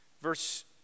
Verse